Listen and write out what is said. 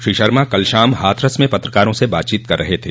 श्री शर्मा कल शाम हाथरस में पत्रकारों से बातचीत कर रहे थे